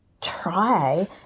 try